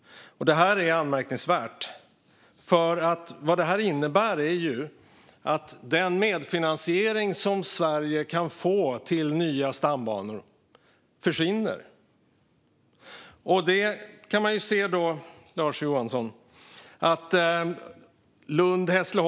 Detta är anmärkningsvärt, för vad det innebär är ju att den medfinansiering som Sverige kan få till nya stambanor försvinner. Vi kan till exempel se på Lund-Hässleholm, Lars Johnsson.